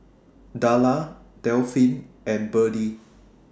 Darla Delphin and Birdie